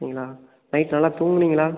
அப்படிங்களா நைட் நல்லா தூங்குனீங்களா